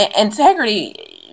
Integrity